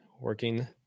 working